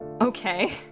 Okay